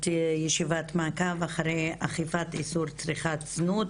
ישיבת מעקב אחרי אכיפת איסור צריכת זנות